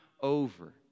over